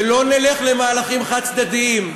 ולא נלך למהלכים חד-צדדיים,